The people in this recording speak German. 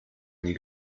nie